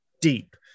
deep